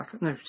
no